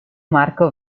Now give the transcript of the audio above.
marco